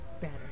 Better